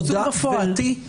תודה, גברתי.